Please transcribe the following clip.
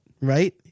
right